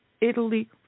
Italy